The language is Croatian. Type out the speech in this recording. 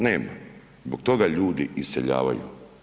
Nema, zbog toga ljudi iseljavaju.